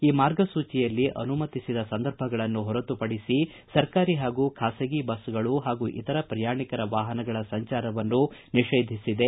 ಈ ಮಾರ್ಗಸೂಚಿಯಲ್ಲಿ ಅನುಮತಿಸಿದ ಸಂದರ್ಭಗಳನ್ನು ಹೊರತುಪಡಿಸಿ ಸರ್ಕಾರಿ ಹಾಗೂ ಖಾಸಗಿ ಬಸ್ಗಳು ಹಾಗೂ ಇತರ ಪ್ರಯಾಣಿಕರ ವಾಹನಗಳ ಸಂಚಾರವನ್ನು ನಿಷೇಧಿಸಿದೆ